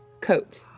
coat